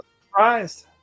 surprised